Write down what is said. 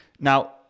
now